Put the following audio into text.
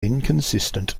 inconsistent